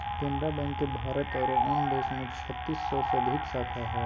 Canara bank के भारत आरो अन्य देश में छत्तीस सौ से अधिक शाखा हइ